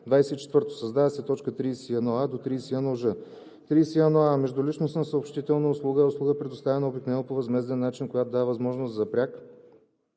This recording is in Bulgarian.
24. Създават се т. 31а – 31ж: „31а. „Междуличностна съобщителна услуга“ е услуга, предоставяна обикновено по възмезден начин, която дава възможност за пряк